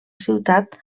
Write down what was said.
ciutat